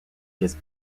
his